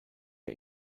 der